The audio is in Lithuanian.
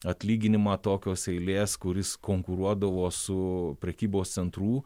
atlyginimą tokios eilės kuris konkuruodavo su prekybos centrų